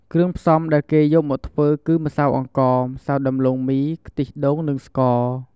គ្រឿងផ្សំដែលគេយកមកធ្វើគឺម្សៅអង្ករ ម្សៅដំឡូងមី ខ្ទិះដូង និងស្ករ។